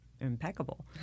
impeccable